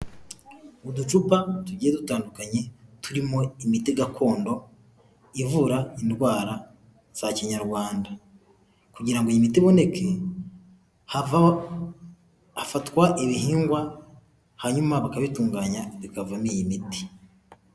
Uducupa tugiye dutandukanye turimo imiti gakondo ivura indwara za kinyarwanda kugira ngo iyi miti iboneke hafatwa ibihingwa hanyuma bakabitunganya bikavamo iyi miti.